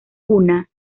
una